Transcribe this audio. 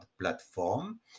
platform